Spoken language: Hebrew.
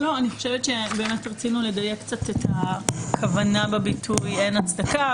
אני חושבת שבאמת רצינו לדייק קצת את הכוונה בביטוי "אין הצדקה",